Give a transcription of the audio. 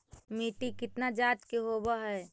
मिट्टी कितना जात के होब हय?